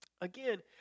Again